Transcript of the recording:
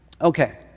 Okay